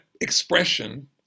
expression